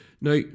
Now